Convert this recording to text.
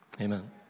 Amen